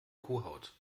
kuhhaut